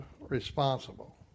responsible